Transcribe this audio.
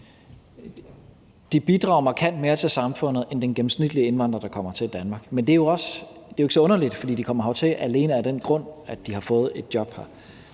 set bidrager markant mere til samfundet end den gennemsnitlige indvandrer, der kommer til Danmark. Men det er jo ikke så underligt, for de kommer jo hertil alene af den grund, at de har fået et job her.